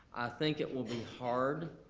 think it will be hard,